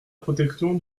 protection